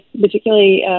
particularly